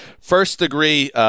First-degree